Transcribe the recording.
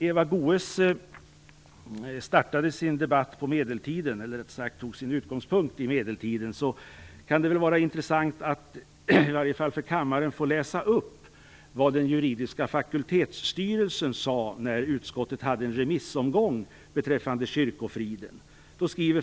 Eva Goës tog sin utgångspunkt i medeltiden, och det kan vara intressant för kammaren att få höra vad den juridiska fakultetsstyrelsen sade när utskottet hade en remissomgång beträffande kyrkofriden.